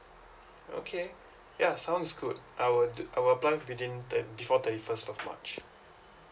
okay yeah sounds good I will do I will apply between the before thirty first of march